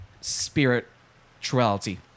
spirituality